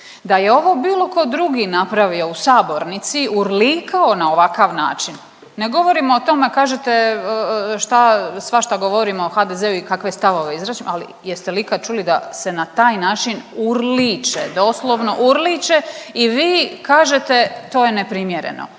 Da je ovo bilo ko drugi napravio u sabornici urlikao na ovakav način, ne govorim o tome, kažete šta svašta govorimo o HDZ i kakve stavove …, ali jeste li ikad čuli da se na taj način urliče, doslovno urliče i vi kažete to je neprimjereno.